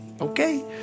okay